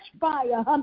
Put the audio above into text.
fire